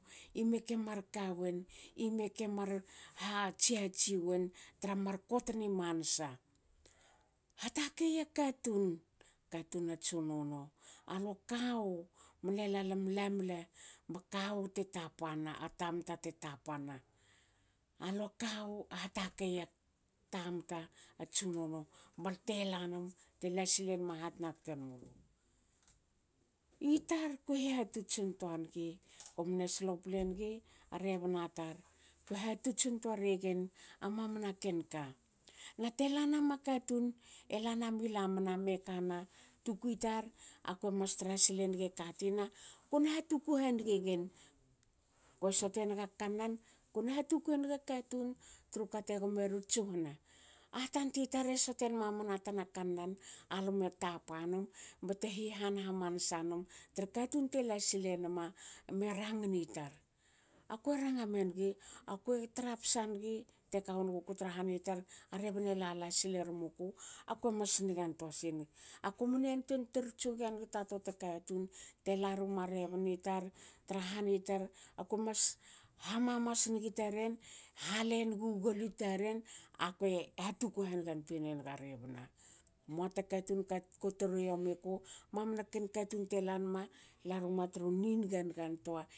Ime kemar kawen ime kemar hatsiatsi wen tra mar kotni mansa. Hatakei a katun katun a tsunono alua kawu mne la lamlam le ba kawu te tapana na tamta te tapan. Alua kawu hatakei a tamta tsunono balte lanum bte lasil enma hatna ktenmulu. Itar akue hihatots intoa nigi kumne slople nigi a rebna tar kue hatots intua regen a mana ken ka. na te lanama katun. elanmi lamna mekana. tukui tar. akue mas tra silenigi katina kona hatuku hani gegen. Kue soten naga kanna kona hatuku enaga katun tru kate gomeri tsuhana. Aha tanti tar e sotenmamana tan kanna. alu me tap num bte hihan hamansa num tra katun te lsail enma me rangni tar. Akue ranga menigi. akue trapsa nigi te kawon nuguku tra hani tar. a rebne lala silermuku akue mas nigan toa sinigi. aku mne antuei tor tsuge nigi ta toa ta katun te laruma rebni tar tra han itar ko mas hamamas nigi taren. hale ngu gol i taren. akue hatuku hanigan tuine naga rebna. Muata katun ko tor yomi ku mamna ken katun te lanma laruma tru ni niga nigantoa